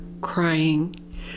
crying